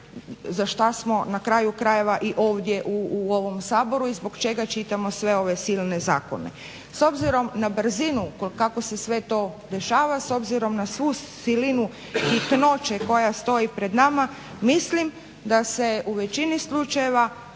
za što smo na kraju krajeva i ovdje u ovom Saboru i zbog čega čitamo sve ove silne zakone. S obzirom na brzinu kako se sve to dešava, s obzirom na svu silinu hitnoće koja stoji pred nama mislim da se u većini slučajeva